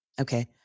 Okay